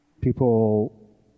people